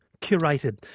curated